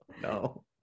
No